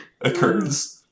Occurs